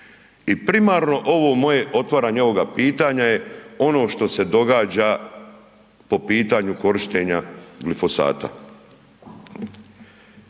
i primarno ovo moje otvaranje ovoga pitanja je ono što se događa po pitanju korištenja glifosata.